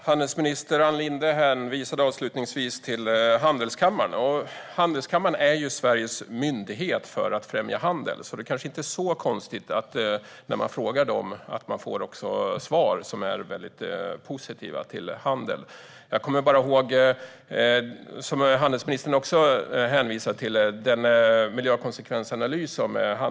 Herr talman! Kommerskollegium är Sveriges myndighet som ska främja handel. Därför är det kanske inte särskilt konstigt att de när de blir tillfrågade ger svar som är positiva till handel.